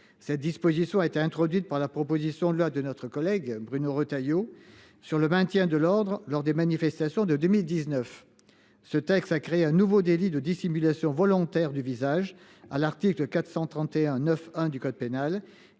Cette disposition a été introduite par la proposition de loi de notre collègue Bruno Retailleau sur le maintien de l'ordre lors des manifestations de 2019. Ce texte, ça crée un nouveau délit de dissimulation volontaire du visage à l'article 431 9 1 du code pénal